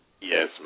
Yes